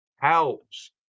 helps